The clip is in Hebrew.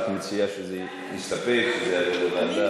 את מציעה שנסתפק או להעביר את זה לוועדה?